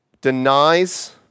denies